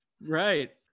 Right